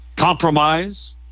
Compromise